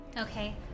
okay